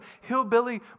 hillbilly